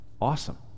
awesome